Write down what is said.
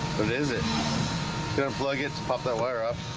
but is it gonna plug it to pop that wire up